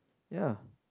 ya